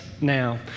now